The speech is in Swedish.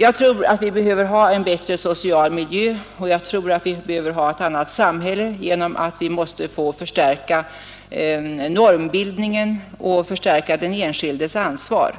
Jag tror att vi behöver ha en bättre social miljö, jag tror att vi behöver ha ett annat samhälle på det sättet att vi måste förstärka normbildningen och den enskildes ansvar.